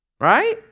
Right